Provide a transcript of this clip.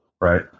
right